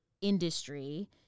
industry